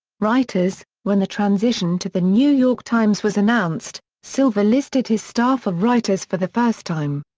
writers when the transition to the new york times was announced, silver listed his staff of writers for the first time.